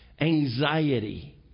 anxiety